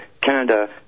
Canada